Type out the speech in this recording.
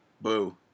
boo